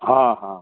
हाँ हाँ